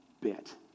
bit